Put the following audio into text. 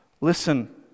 Listen